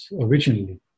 originally